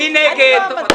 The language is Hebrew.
מי נגד?